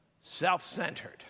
self-centered